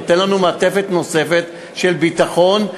נותן לנו מעטפת נוספת של ביטחון,